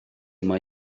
mai